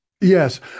Yes